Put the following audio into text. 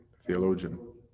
theologian